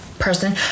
person